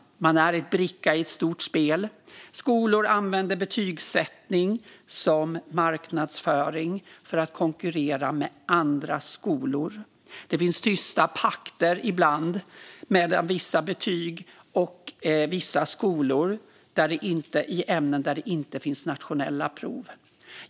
Man är en bricka i ett stort spel, och skolor använder betygsättning som marknadsföring för att konkurrera med andra skolor. Det finns ibland tysta pakter när det gäller vissa betyg och vissa skolor i ämnen där det inte finns nationella prov.